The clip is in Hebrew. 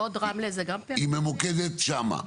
היא ממוקדת שם.